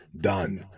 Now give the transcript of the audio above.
Done